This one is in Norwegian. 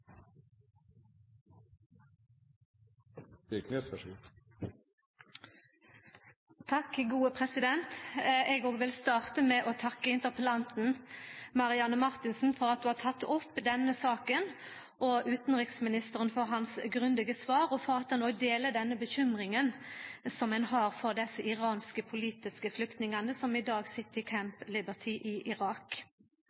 Eg vil også starta med å takka interpellanten, Marianne Marthinsen, for at ho har teke opp denne saka og utanriksministeren for hans grundige svar, og for at ein no deler den bekymringa som ein har for dei iranske politiske flyktningane som i dag sit i